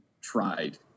tried